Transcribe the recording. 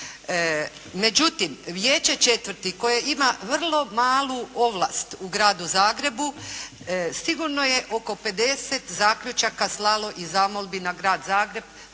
Međutim, vijeće četvrti koje ima vrlo malu ovlast u gradu Zagrebu sigurno je oko 50 zaključaka slalo i zamolbi na grad Zagreb